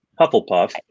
Hufflepuff